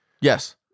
Yes